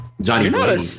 Johnny